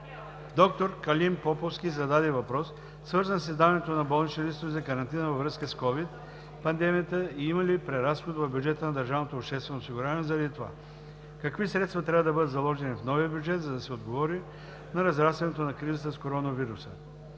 Доктор Калин Поповски зададе въпрос, свързан с издаването на болнични листове за карантина във връзка с COVID пандемията и има ли преразход в бюджета на държавното обществено осигуряване заради това. Какви средства трябва да бъдат заложени в новия бюджет, за да се отговори на разрастването на кризата с коронавируса?